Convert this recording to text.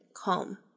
Calm